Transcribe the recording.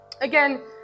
Again